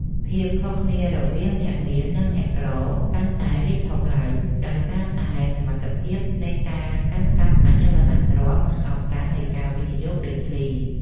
ភាពខុសគ្នារវាងអ្នកមាននិងអ្នកក្រកាន់តែរីកធំឡើងដោយសារតែសមត្ថភាពនៃការកាន់កាប់អចលនទ្រព្យ និងឱកាសនៃការវិនិយោគដីធ្លី។